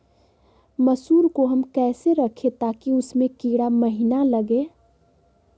मसूर को हम कैसे रखे ताकि उसमे कीड़ा महिना लगे?